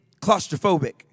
claustrophobic